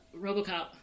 Robocop